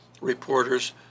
reporters